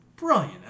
brilliant